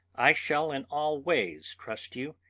i shall in all ways trust you.